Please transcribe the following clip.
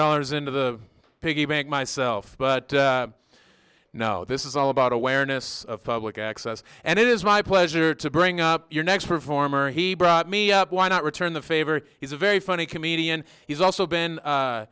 dollars into the piggy bank myself but i know this is all about awareness of public access and it is my pleasure to bring up your next performer he brought me up why not return the favor he's a very funny comedian he's also been